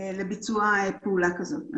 לביצוע פעולה כזאת.